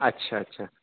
اچھا اچھا